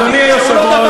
אדוני היושב-ראש,